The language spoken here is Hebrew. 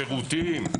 לשירותים,